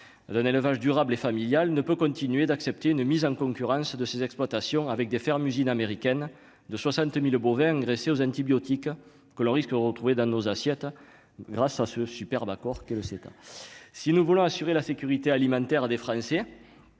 d'un élevage durable et familial ne peut continuer d'accepter une mise en concurrence de ces exploitations avec des fermes usines américaines de 60000 bovins engraissés aux antibiotiques que le risque de retrouver dans nos assiettes, grâce à ce super d'accord que le site si nous voulons assurer la sécurité alimentaire des Français,